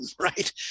Right